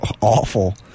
awful